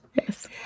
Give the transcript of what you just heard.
yes